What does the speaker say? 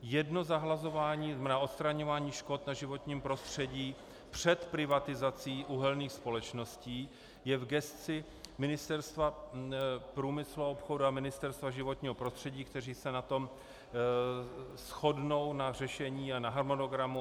Jedno zahlazování na odstraňování škod na životním prostředí před privatizací uhelných společností je v gesci Ministerstva průmyslu a obchodu a Ministerstva životního prostředí, která se shodnou na řešení a na harmonogramu atd.